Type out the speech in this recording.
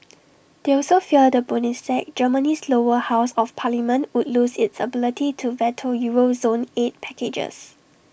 they also fear the Bundestag Germany's lower house of parliament would lose its ability to veto euro zone aid packages